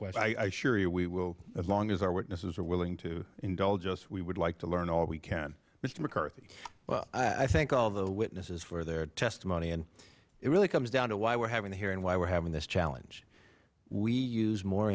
issa i assure you we will as long as our witnesses are willing to indulge us we would like to learn all we can mister mccarthy i thank all the witnesses for their testimony and it really comes down to why we're having the hearing and why we're having this challenge we use more